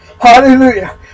Hallelujah